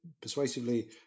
persuasively